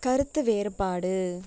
கருத்து வேறுபாடு